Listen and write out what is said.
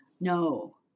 No